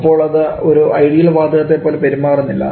അപ്പോൾ അത് ഒരു ഐഡിയൽ വാതകത്തെ പോലെ പെരുമാറുന്നില്ല